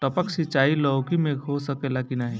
टपक सिंचाई लौकी में हो सकेला की नाही?